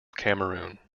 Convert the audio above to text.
cameroon